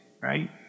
right